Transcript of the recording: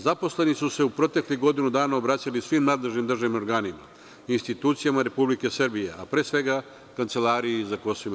Zaposleni su se u proteklih godinu dana obraćali svim nadležnim državnim organima, institucijama Republike Srbije, a pre svega, Kancelariji za KiM.